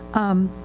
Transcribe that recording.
um,